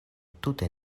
tute